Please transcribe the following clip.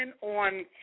on